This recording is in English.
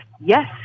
yes